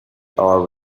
are